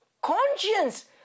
Conscience